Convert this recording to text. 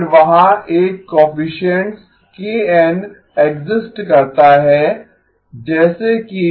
फिर वहाँ एक कोएफिसिएन्ट kN एक्सिस्ट करता है जैसे कि